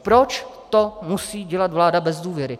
Proč to musí dělat vláda bez důvěry?